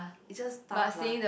it's just tough lah